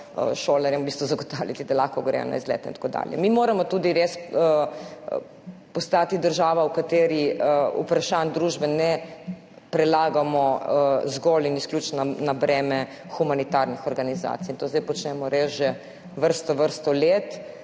šolarjem v bistvu zagotavljati, da lahko gredo na izlete in tako dalje. Mi moramo tudi res postati država, v kateri vprašanj družbe ne prelagamo zgolj in izključno na breme humanitarnih organizacij. To zdaj počnemo res že vrsto, vrsto let.